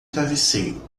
travesseiro